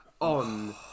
on